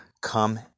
come